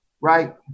right